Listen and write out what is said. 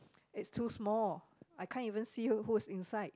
it's too small I can't even who who is inside